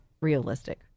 realistic